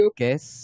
guess